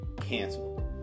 canceled